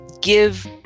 give